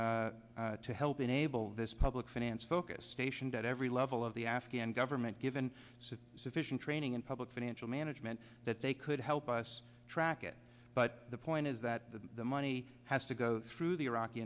used to help enable this public finance focus stationed at every level of the afghan government given sufficient training and public financial management that they could help us track it but the point is that the money has to go through the iraqi